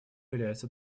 является